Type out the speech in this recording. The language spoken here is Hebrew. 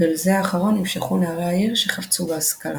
ואל זה האחרון נמשכו נערי העיר שחפצו בהשכלה.